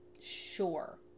sure